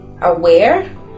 aware